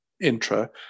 intra